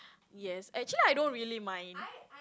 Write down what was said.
yes actually I don't really mind